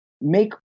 make